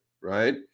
right